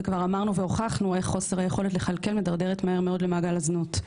כבר אמרנו והוכחנו איך חוסר היכולת לכלכל מדרדרת מהר מאוד למעגל הזנות.